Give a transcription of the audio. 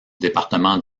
département